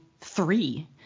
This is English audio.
three